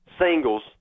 singles